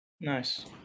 Nice